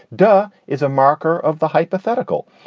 da is a marker of the hypothetical.